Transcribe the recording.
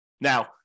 Now